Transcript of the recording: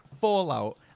Fallout